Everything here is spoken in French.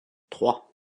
trois